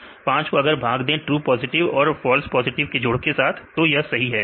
true positive 5 है 5 को अगर भाग दे ट्रू पॉजिटिव और फॉल्स नेगेटिव के जोड़ के साथ तो यह सही है